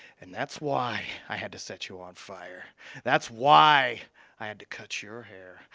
and that's why i had to set you on fire that's why i had to cut your hair,